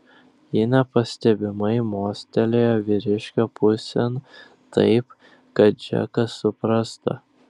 ji nepastebimai mostelėjo vyriškio pusėn taip kad džekas suprastų